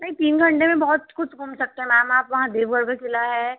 नहीं तीन घंटे में बहुत कुछ घूम सकते हैं मैम आप वहाँ देवगढ़ का किला है